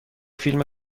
فیلم